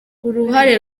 uruhare